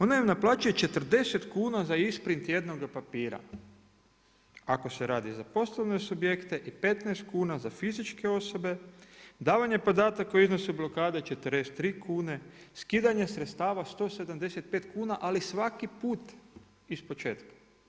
Ona im naplaćuje 40 kuna za isprint jednoga papira, ako se radi za poslovne subjekte i 15 kuna za fizičke osobe, davanje podataka o iznosu blokade 43 kune, skidanje sredstava 175 kuna ali svaki put ispočetka.